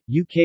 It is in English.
UK